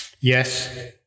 Yes